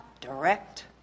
direct